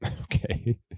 Okay